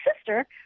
sister